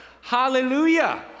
Hallelujah